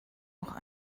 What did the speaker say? noch